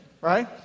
right